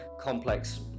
complex